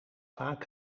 vaak